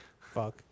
Fuck